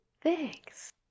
thanks